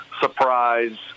surprise